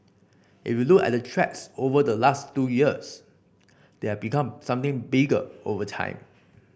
if you look at the threats over the last two years they have become something bigger over time